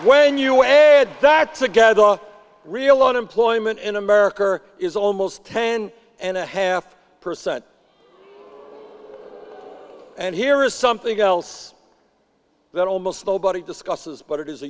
when you add that together the real unemployment in america is almost ten and a half percent and here is something else that almost nobody discusses but it is a